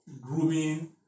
grooming